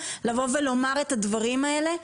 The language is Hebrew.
לבוא ולומר את הדברים האלה.